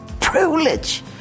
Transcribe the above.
privilege